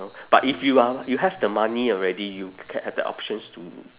but if you are you have the money already you can have that options to